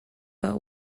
but